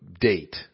date